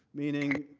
meaning,